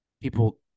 people